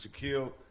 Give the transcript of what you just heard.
Shaquille